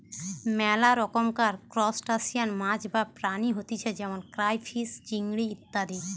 মেলা রকমকার ত্রুসটাসিয়ান মাছ বা প্রাণী হতিছে যেমন ক্রাইফিষ, চিংড়ি ইত্যাদি